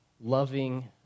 loving